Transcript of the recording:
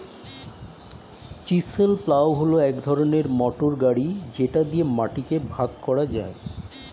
chisel plough হল এক ধরনের মোটর গাড়ি যেটা দিয়ে মাটিকে ভাগ করা যায়